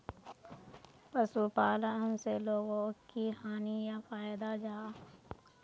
पशुपालन से लोगोक की हानि या फायदा जाहा?